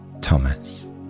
Thomas